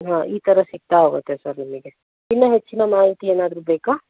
ಹಾಂ ಈ ಥರ ಸಿಗ್ತಾ ಹೋಗುತ್ತೆ ಸರ್ ನಿಮಗೆ ಇನ್ನೂ ಹೆಚ್ಚಿನ ಮಾಹಿತಿ ಏನಾದ್ರೂ ಬೇಕಾ